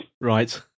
Right